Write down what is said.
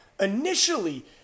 initially